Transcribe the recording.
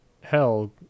hell